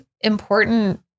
important